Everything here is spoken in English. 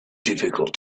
difficult